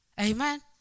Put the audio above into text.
Amen